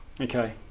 Okay